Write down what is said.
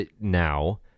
now